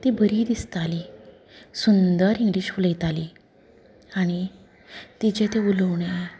ती बरी दिसताली सुंदर इंग्लीश उलयताली आनी तिचें तें उलोवणें